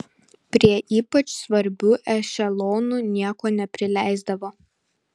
prie ypač svarbių ešelonų nieko neprileisdavo